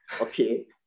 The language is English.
Okay